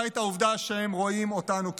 את העובדה שהם רואים אותנו כאויב.